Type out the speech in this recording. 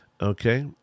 Okay